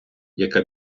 яка